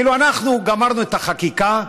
אנחנו גמרנו את החקיקה,